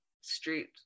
street